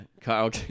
Kyle